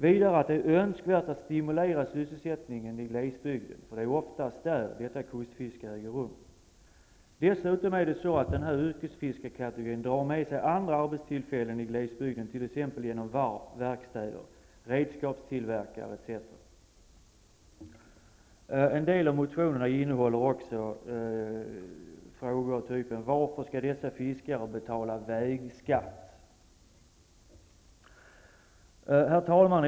Vidare säger man att det är önskvärt att stimulera sysselsättning i glesbygd; det är ju oftast där detta kustfiske äger rum. Dessutom är det så att dessa yrkesfiskare drar med sig andra arbetstillfällen i glesbygden, såsom varv, verkstäder, redskapstillverkare etc. En del av motionerna innehåller frågor som: Varför skall dessa fiskare betala vägskatt? Herr talman!